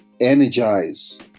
energize